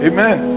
Amen